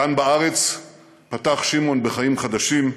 כאן בארץ פתח שמעון בחיים חדשים,